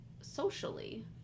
socially